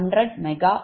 u G211